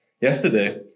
yesterday